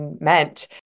meant